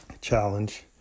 challenge